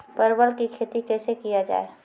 परवल की खेती कैसे किया जाय?